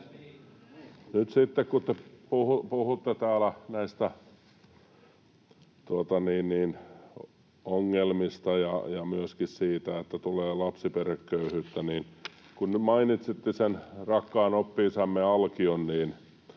Nyt sitten, kun te puhutte täällä näistä ongelmista ja myöskin siitä, että tulee lapsiperheköyhyyttä, niin kun nyt mainitsitte sen rakkaan oppi-isämme Alkion, niin